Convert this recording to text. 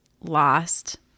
lost